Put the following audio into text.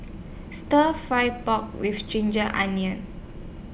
Stir Fry Pork with Ginger Onion